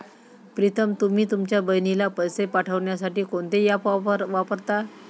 प्रीतम तुम्ही तुमच्या बहिणीला पैसे पाठवण्यासाठी कोणते ऍप वापरता?